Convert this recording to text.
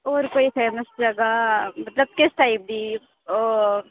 होर कोई फेमस जगह मतलब किस टाइप दी ओह्